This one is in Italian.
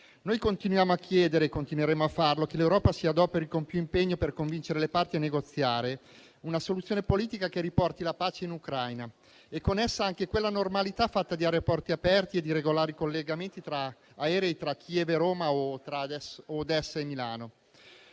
Noi continuiamo a chiedere - e continueremo a farlo - che l'Europa si adoperi con più impegno per convincere le parti a negoziare una soluzione politica che riporti la pace in Ucraina e, con essa, anche quella normalità fatta di aeroporti aperti e di regolari collegamenti aerei tra Kiev e Roma o tra Odessa e Milano.